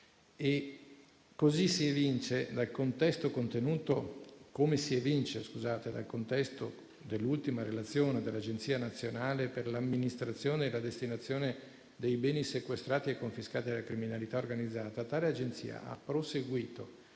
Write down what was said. poteri di verifica e di controllo. Come si evince dal contesto dell'ultima relazione dell'Agenzia nazionale per l'amministrazione e la destinazione dei beni sequestrati e confiscati alla criminalità organizzata, tale Agenzia ha proseguito